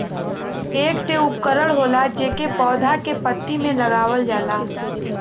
एक ठे उपकरण होला जेके पौधा के पत्ती में लगावल जाला